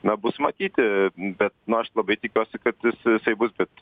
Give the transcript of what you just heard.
na bus matyti bet nu aš labai tikiuosi kad jis jisai bus bet